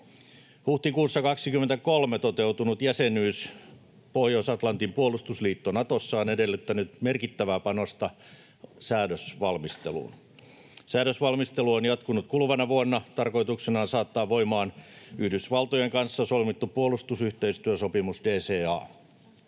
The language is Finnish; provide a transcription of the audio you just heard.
Huhtikuussa 23 toteutunut jäsenyys Pohjois-Atlantin puolustusliitto Natossa on edellyttänyt merkittävää panosta säädösvalmisteluun. Säädösvalmistelu on jatkunut kuluvana vuonna. Tarkoituksena on saattaa voimaan Yhdysvaltojen kanssa solmittu puolustusyhteistyösopimus DCA.